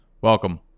Welcome